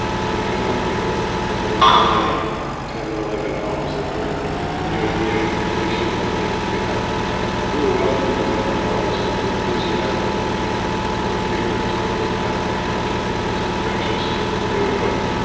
and we came up here and there were already ten or eleven homes that were nearing completion or beginning to be occupied. we were welcomed with open arms and the enthusiasm of the people who were here and talking about their project was infectious and we were we were hooked.